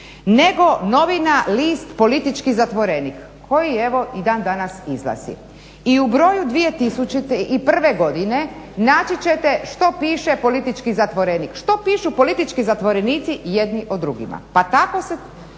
nego novina, list politički zatvorenik koji evo i dan danas izlazi. I u broju 2001. godine naći ćete što piše politički zatvorenik, što pišu politički zatvorenici jedni o drugima,